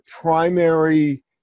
primary